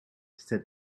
said